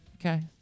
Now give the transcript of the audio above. Okay